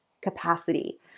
capacity